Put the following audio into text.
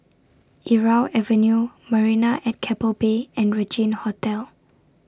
Irau Avenue Marina At Keppel Bay and Regina Hotel